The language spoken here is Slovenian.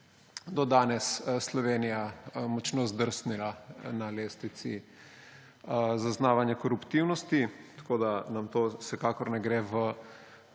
do danes Slovenija močno zdrsnila na lestvici zaznavanja koruptivnosti, tako da nam to vsekakor ne gre v